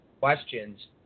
questions